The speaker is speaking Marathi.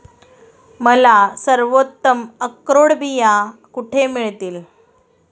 मला सर्वोत्तम अक्रोड बिया कुठे मिळतील